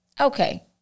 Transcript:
Okay